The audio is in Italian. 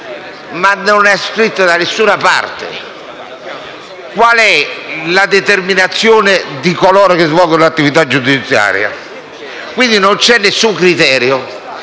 Ma non è scritto da nessuna parte come si determina l'indennità per coloro che svolgono l'attività giudiziaria. Quindi, non c'è nessun criterio.